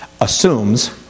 assumes